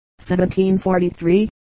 1743